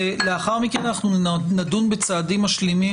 ולאחר מכן אנחנו נדון בצעדים משלימים